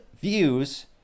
views